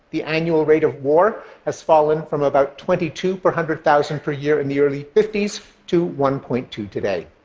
the annual rate of war has fallen from about twenty two per hundred thousand per year in the early fifty s to one point two today.